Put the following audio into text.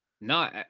No